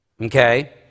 Okay